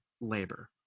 labor